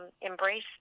embrace